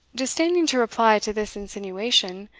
disdaining to reply to this insinuation,